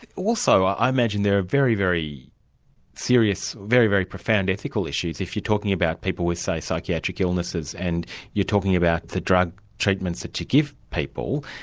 also i imagine there are very, very serious, very, very profound ethical issues if you're talking about people with, say, psychiatric illnesses, and you're talking about the drug treatments that you give people,